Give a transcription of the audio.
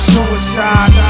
Suicide